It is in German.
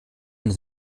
eine